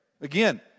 Again